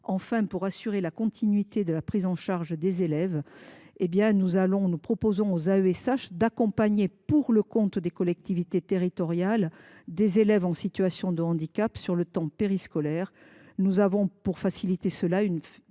Enfin, pour assurer la continuité de la prise en charge des élèves en situation de handicap, nous proposons aux AESH d’accompagner, pour le compte des collectivités territoriales, des élèves en situation de handicap sur le temps périscolaire : afin de faciliter cette